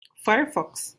firefox